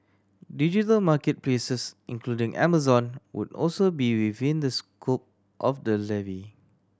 digital market places including Amazon would also be within the scope of the levy